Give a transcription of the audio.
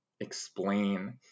explain